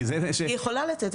כי זה לא כתוב פה.